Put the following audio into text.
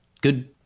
good